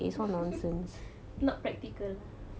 not practical